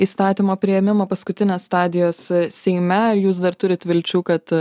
įstatymo priėmimo paskutinės stadijos seime ar jūs dar turite vilčių kad